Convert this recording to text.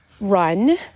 run